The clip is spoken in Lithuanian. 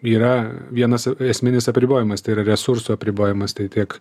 yra vienas esminis apribojimas tai yra resursų apribojimas tai tiek